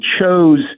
chose